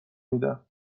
میدم